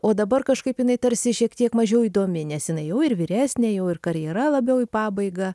o dabar kažkaip jinai tarsi šiek tiek mažiau įdomi nes jinai jau ir vyresnė jau ir karjera labiau į pabaigą